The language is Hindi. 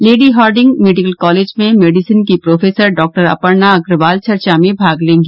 लेडी हार्डिंग मेडिकल कॉलेज में मेडिसिन की प्रोफेसर डॉक्टर अपर्णा अग्रवाल चर्चा में भाग लेंगी